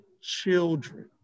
children